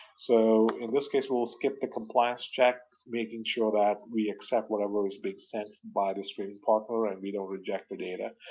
so in this case, we will skip the compliance check, making sure that we accept whatever is being sent by this trading partner and we don't reject the data.